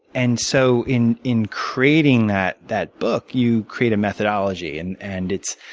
and so in in creating that that book, you create a methodology. and and it's,